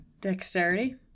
Dexterity